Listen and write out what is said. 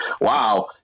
wow